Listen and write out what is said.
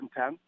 2010